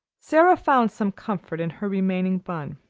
sara found some comfort in her remaining bun.